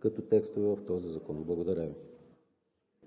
като текстове в Закона. Благодаря Ви.